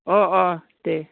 अ अ दे